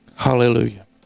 Hallelujah